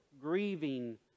Grieving